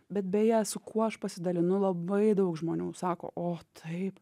bet beje su kuo aš pasidalinu labai daug žmonių sako o taip